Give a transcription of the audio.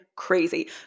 crazy